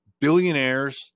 billionaires